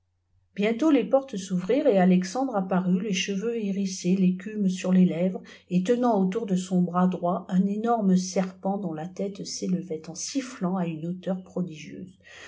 bientôt les pertes ouvrîrent et alexandre apparut les cheveux liêfîssés l'écttmé sur les lèvres et tenant autour dé son bras droît ttn ênèfitié serpent dont la tête s'élevait ensifbant à tiiïe hatiteur prodigie